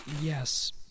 Yes